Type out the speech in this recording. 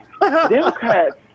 Democrats